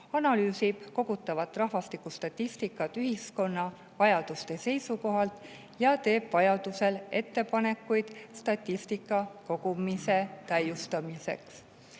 analüüsida kogutavat rahvastikustatistikat ühiskonna vajaduste seisukohalt ja teha vajaduse korral ettepanekuid statistika kogumise täiustamiseks;